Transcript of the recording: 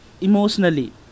emotionally